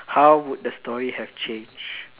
how would the story have changed